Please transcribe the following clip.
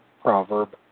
proverb